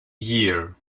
year